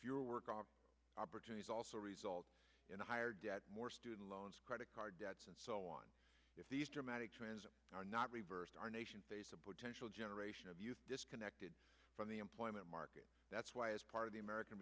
fewer work opportunities also result in higher debt more student loans credit card debts and so on if these dramatic trends are not reversed our nation face a potential generation of youth disconnected from the employment market that's why as part of the american